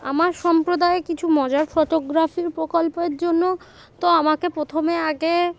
আমার সম্প্রদায়ে কিছু মজার ফটোগ্রাফির প্রকল্পের জন্য তো আমাকে প্রথমে আগে